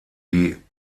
die